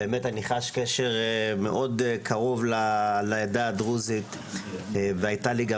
באמת אני חש קשר מאוד קרוב לעדה הדרוזית והייתה לי גם